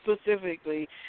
Specifically